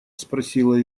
спросила